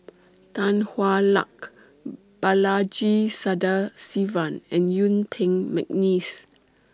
Tan Hwa Luck Balaji Sadasivan and Yuen Peng Mcneice